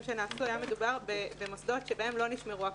שנעשו היה מדובר במוסדות שבהם לא נשמרו הכללים.